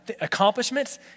accomplishments